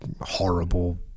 horrible